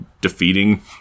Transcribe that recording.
defeating